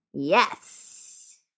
Yes